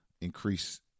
increase